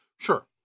Sure